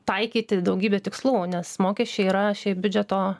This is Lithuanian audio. taikyti daugybę tikslų nes mokesčiai yra šiaip biudžeto